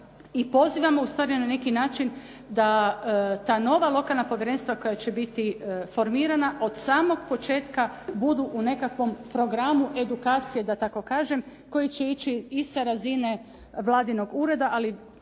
i pozivamo ustvari na neki način da ta nova lokalna povjerenstva koja će biti formirana od samog početka budu u nekakvom programu edukacije, da tako kažem, koji će ići i sa razine vladinog ureda ali